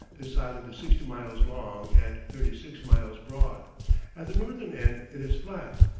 this island is sixty miles long and thirty-six miles broad at the northern end it is flat,